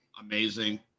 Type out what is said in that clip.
amazing